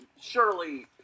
surely